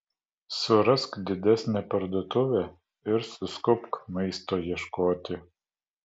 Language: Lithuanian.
surask didesnę parduotuvę ir suskubk maisto ieškoti